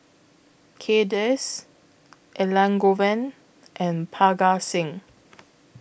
Kay Das Elangovan and Parga Singh